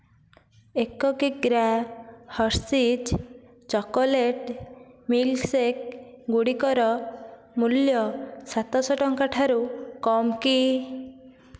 ଏକ କିଗ୍ରା Hershey's chocolate milkshake ଗୁଡ଼ିକର ମୂଲ୍ୟ ସାତ ଶହ ଟଙ୍କା ଠାରୁ କମ୍ କି